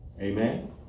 Amen